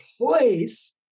place